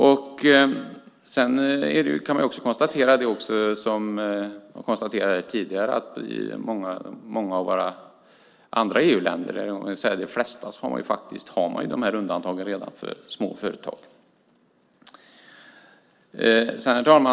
Vi kan också konstatera, som har gjorts tidigare, att många av de andra EU-länderna, det vill säga de flesta, faktiskt har de här undantagen redan för små företag. Herr talman!